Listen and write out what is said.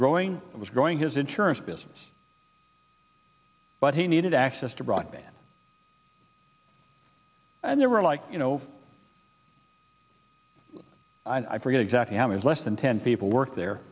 was growing his insurance business but he needed access to broadband and there were like you know i forget exactly how it is less than ten people work there